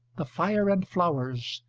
the fire and flowers,